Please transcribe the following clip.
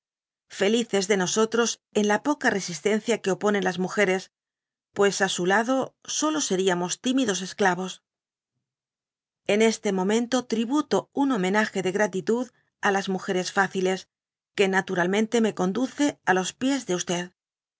felices de no sotros en la poca resistencia que oponen las mú geresipues á su lado solo seriamos tímidos es clavos n este momento tribato un homenage de gratitud á las múgeres fáciles que naturalmente me conduce á los pies de